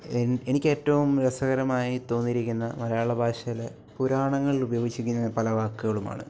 N എനിക്ക് ഏറ്റവും രസകരമായി തോന്നിയിരിക്കുന്ന മലയാള ഭാഷയിലെ പുരാണങ്ങളിൽ ഉപയോഗിച്ചിരിക്കുന്ന പല വാക്കുകളുമാണ്